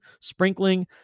sprinkling